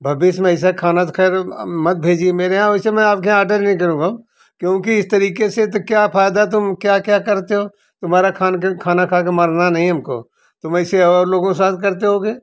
भविष्य में ऐसा खाना तो ख़ैर मत भेजिए मेरे यहाँ वैसे मैं आपके यहाँ आर्डर नहीं करूँगा अब क्योंकि इस तरीक़े से तो क्या फ़ायदा तुम क्या क्या करते हो तुम्हारा खाना खी खाना खा कर मरना नहीं हमको तुम ऐसे और लोगों के साथ करते होगे